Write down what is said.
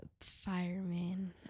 Fireman